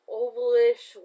ovalish